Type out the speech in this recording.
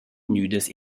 gnüdas